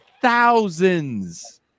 thousands